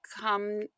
come